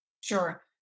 Sure